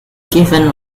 given